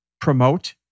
promote